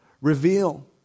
reveal